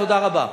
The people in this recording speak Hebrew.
תודה רבה.